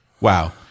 Wow